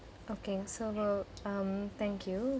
okay so um thank you